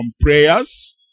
prayers